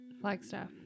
Flagstaff